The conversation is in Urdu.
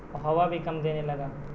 ہوا بھی کم دینے لگا